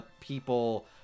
people-